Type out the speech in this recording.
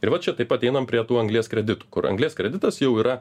ir va čia taip ateinam prie tų anglies kreditų kur anglies kreditas jau yra